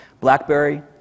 BlackBerry